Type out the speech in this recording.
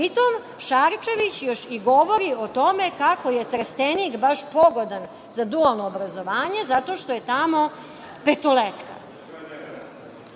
tome, Šarčević još i govori o tome kako je Trstenik baš pogodan za dualno obrazovanje zato što je tamo „Petoletka“